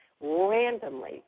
randomly